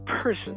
person